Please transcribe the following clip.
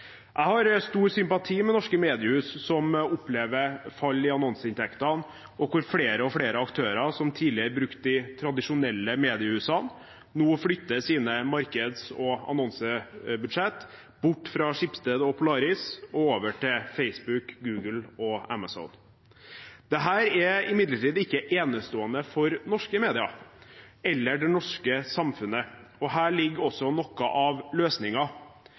Jeg har stor sympati med norske mediehus, som opplever fall i annonseinntektene, og hvor flere og flere aktører som tidligere brukte de tradisjonelle mediehusene, nå flytter sine markeds- og annonsebudsjetter bort fra Schibsted og Polaris og over til Facebook, Google og Amazon. Dette er imidlertid ikke enestående for norske medier eller det norske samfunnet, og her ligger også noe av